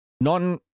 non